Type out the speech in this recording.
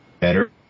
better